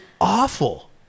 awful